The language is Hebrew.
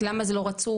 למה זה לא רצוף.